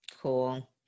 Cool